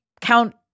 count